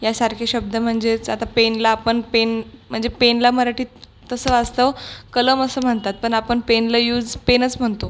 यासारखे शब्द म्हणजेच आता पेनला आपण पेन म्हणजे पेनला मराठीत तसं वास्तव कलम असं म्हणतात पण आपण पेनला यूज पेनच म्हणतो